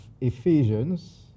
Ephesians